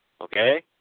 Okay